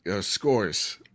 scores